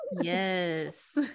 Yes